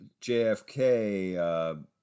JFK